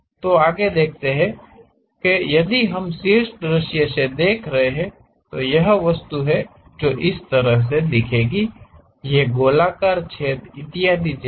इसलिए यदि हम शीर्ष दृश्य से देख रहे हैं तो यह वस्तु है जो इस तरह के दिखेंगी ये गोलाकार छेद इत्यादि जैसी